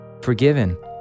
forgiven